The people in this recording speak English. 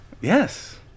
Yes